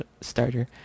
starter